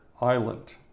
island